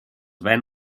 ven